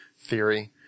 theory